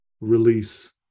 release